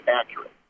accurate